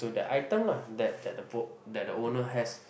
to the item lah that that the that the owner has